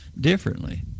differently